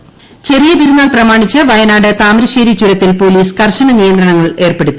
താമരശ്ശേരി ചെറിയ പെരുന്നാൾ പ്രമാണിച്ച് വയനാട് താമരശ്ശേരി ചുരത്തിൽ പോലീസ് കർശന നിയന്ത്രണങ്ങൾ ഏർപ്പെടുത്തി